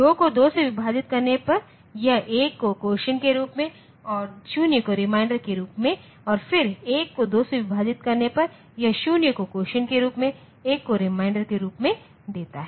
2 को 2 से विभाजित करने पर यह 1 को कोसिएंट के रूप में और 0 को रिमाइंडर के रूप में और फिर 1 को 2 से विभाजित करने पर यह 0 को कोसिएंट के रूप में और 1 को रिमाइंडर के रूप में देता है